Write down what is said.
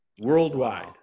worldwide